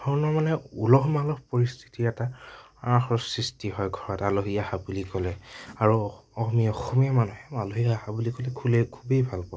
ধৰণৰ মানে উলহ মালহ পৰিস্থিতি এটা সৃষ্টি হয় ঘৰত আলহী অহা বুলি কলে আৰু আমি অসমীয়া মানুহে আলহী অহা বুলি ক'লে খুলেই খুবেই ভাল পাওঁ